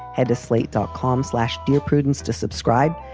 head to slate dot com slash dear prudence to subscribe.